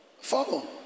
Follow